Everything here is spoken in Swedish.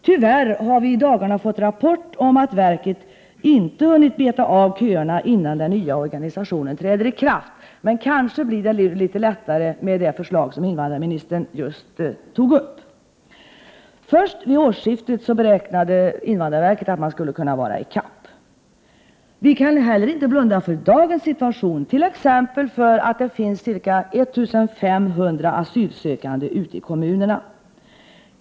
Tyvärr har vi i dagarna fått rapport om att verket inte hunnit beta av köerna innan den nya organisationen träder i kraft, men kanske blir det nu litet lättare med det förslag som invandrarministern just tog upp. Först vid årsskiftet beräknas man vara i kapp. Vi kan heller inte blunda för dagens situation, t.ex. att det finns ca 1 500 asylsökande ute i kommunerna.